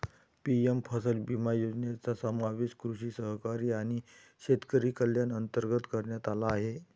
PM फसल विमा योजनेचा समावेश कृषी सहकारी आणि शेतकरी कल्याण अंतर्गत करण्यात आला आहे